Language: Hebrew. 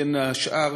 בין השאר,